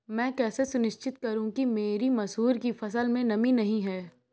मैं कैसे सुनिश्चित करूँ कि मेरी मसूर की फसल में नमी नहीं है?